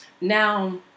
now